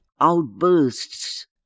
outbursts